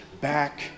back